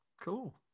cool